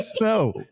No